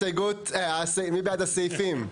מי נגד?